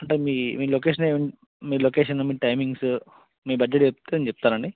అంటే మీ మీ లొకేషను మీ లొకేషను మీ టైమింగ్సు మీ బడ్జెట్ చెప్తే నేను చెప్తానండి